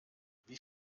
wie